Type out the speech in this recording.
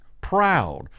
proud